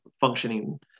functioning